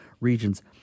regions